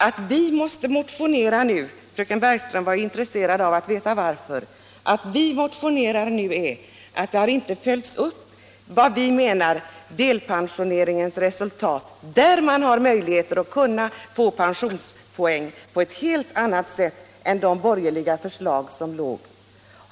Att vi måste motionera nu — fröken Bergström var intresserad av att veta varför — beror på att delpensioneringens resultat inte har följts upp, där man har möjligheter att få pensionspoäng på ett helt annat sätt än i de borgerliga förslag som låg.